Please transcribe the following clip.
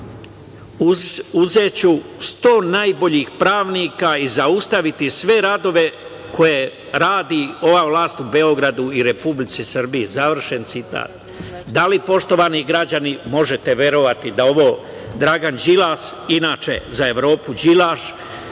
uzeću 100 najboljih pravnika i zaustaviti sve radove koje radi ova vlast u Beogradu i Republici Srbiji, završen citat. Da li, poštovani građani, možete verovati da ovo Dragan Đilas inače za Evropu Đilaš